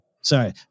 Sorry